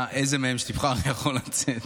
איזה מהם שתבחר יכול לצאת.